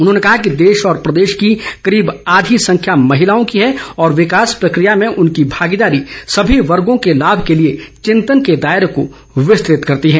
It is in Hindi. उन्होंने कहा कि देश व प्रदेश की करीब आधी संख्या महिलाओं की है और विकास प्रक्रिया में इनकी भागीदारी सभी वर्गों के लाभ के लिए चिंतन के दायरे को विस्तृत करती है